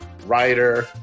Writer